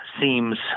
seems